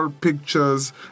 pictures